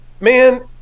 man